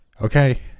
Okay